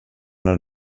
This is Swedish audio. när